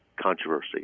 controversy